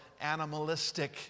animalistic